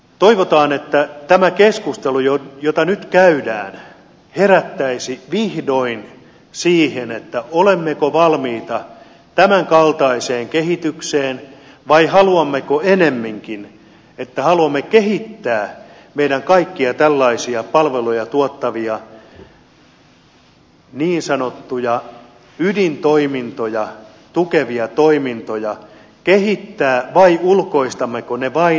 toivotaan että tämä keskustelu jota nyt käydään herättäisi vihdoin siihen olemmeko valmiita tämän kaltaiseen kehitykseen vai haluammeko enemminkin kehittää kaikkia tällaisia palveluja tuottavia niin sanottuja ydintoimintoja tukevia toimintoja vai ulkoistammeko ne vain markkinataloudelle